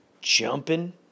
jumping